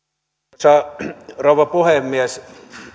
arvoisa rouva puhemies